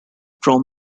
from